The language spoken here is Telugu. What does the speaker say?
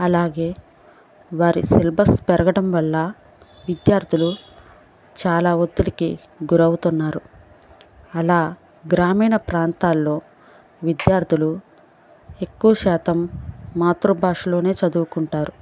అలాగే వారి సిలబస్ పెరగటం వల్ల విద్యార్థులు చాలా ఒత్తిడికి గురవుతున్నారు అలా గ్రామీణ ప్రాంతాల్లో విద్యార్థులు ఎక్కువ శాతం మాతృభాషలోనే చదువుకుంటారు